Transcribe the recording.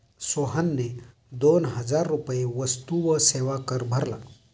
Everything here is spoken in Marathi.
सोहनने दोन हजार रुपये वस्तू व सेवा कर भरला